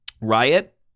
riot